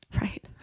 right